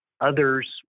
others